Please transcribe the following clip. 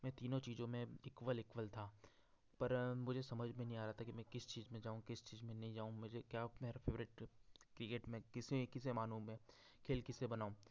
मैं तीनों चीज़ों में इक्वल इक्वल था पर मुझे समझ में नहीं आ रहा था कि मैं किस चीज़ में जाऊँ किस चीज़ में नहीं जाऊँ मुझे क्या मेरा फेवरेट क्रिकेट में किसे किसे मानूँ मैं खेल किससे बनाऊँ